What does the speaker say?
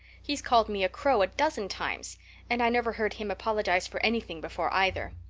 he's called me a crow a dozen times and i never heard him apologize for anything before, either.